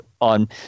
on